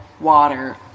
water